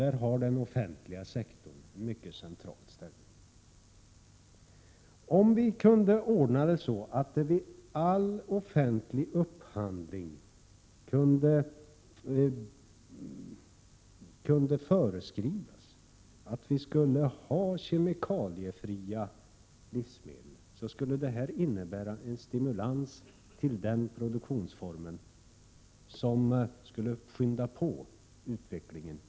Där har den offentliga sektorn en mycket central ställning. Om det vid all offentlig upphandling kunde föreskrivas att vi skall ha kemikaliefria livsmedel, skulle det innebära en stimulans för den produktionsformen som skulle skynda på utvecklingen.